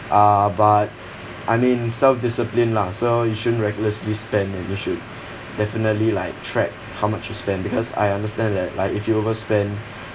uh but I mean self discipline lah so you shouldn't recklessly spend and you should definitely like track how much you spend because I understand that like if you overspend